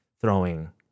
throwing